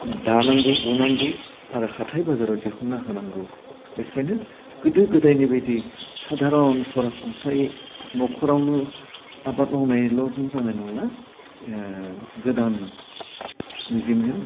दानांगौ लुनांगौ आरो हाथाइ बाजाराव दिहुन्ना होनांगौ बेखायनो गोदो गोदाइनि बायदि सादारन सरासनस्रायै न'खरावनो आबाद मावनायल'जों जानाय नंला ओह गोदान मिजिंजों